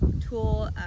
tool